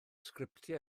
sgriptiau